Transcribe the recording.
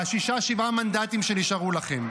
בשישה-שבעה מנדטים שנשארו לכם.